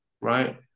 right